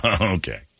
okay